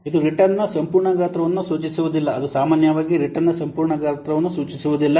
ಇದು ರಿಟರ್ನ್ನ ಸಂಪೂರ್ಣ ಗಾತ್ರವನ್ನು ಸೂಚಿಸುವುದಿಲ್ಲ ಅದು ಸಾಮಾನ್ಯವಾಗಿ ರಿಟರ್ನ್ನ ಸಂಪೂರ್ಣ ಗಾತ್ರವನ್ನು ಸೂಚಿಸುವುದಿಲ್ಲ